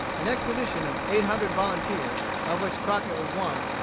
an expedition of eight hundred volunteers, of which crockett was one,